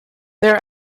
their